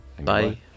Bye